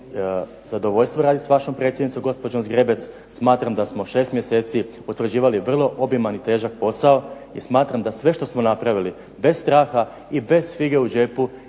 zadovoljstvo raditi s vašom predsjednicom gospođom Zgrebec, smatram da smo 6 mjeseci utvrđivali vrlo obiman i težak posao i smatram da sve što smo napravili bez straha i bez fige u džepu